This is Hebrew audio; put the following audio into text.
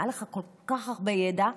היה לך כל כך הרבה ידע,